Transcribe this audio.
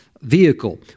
vehicle